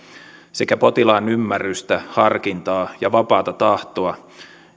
sekä potilaan ymmärrystä harkintaa ja vapaata tahtoa